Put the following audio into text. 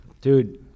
Dude